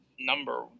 number